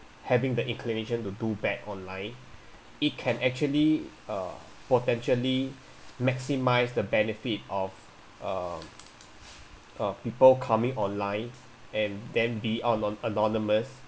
having the inclination to do bad online it can actually uh potentially maximise the benefit of um uh people coming online and then be anon~ anonymous